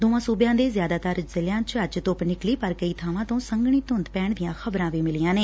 ਦੋਵਾਂ ਸੁਬਿਆਂ ਦੇ ਸ਼ਿਆਦਾਤਰ ਜ਼ਿਲ਼ਿਆਂ ਚ ਅੱਜ ਧੁੱਪ ਨਿਕਲੀ ਪਰ ਕਈ ਬਾਵਾਂ ਤੋਂ ਸੰਘਣੀ ਧੁੰਦ ਪੈਣ ਦੀਆਂ ਖ਼ਬਰਾਂ ਵੀ ਮਿਲੀਆਂ ਨੇ